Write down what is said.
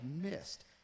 missed